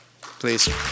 please